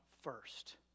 first